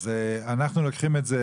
אז אנחנו לוקחים את זה,